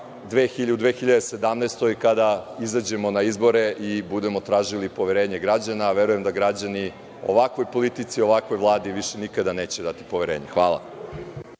u 2017. godini kada izađemo na izbore i budemo tražili poverenje građana, a verujem da građani ovakvoj politici, ovakvoj Vladi više nikada neće dati poverenje. Hvala.